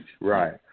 Right